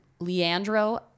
Leandro